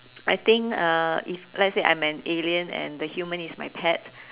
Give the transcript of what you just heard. I think uh if let's say I'm an alien and the human is my pet